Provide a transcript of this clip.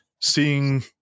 seeing